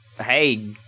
hey-